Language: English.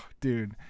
dude